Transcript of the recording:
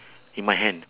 in my hand